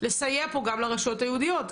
לסייע גם לרשויות היהודיות.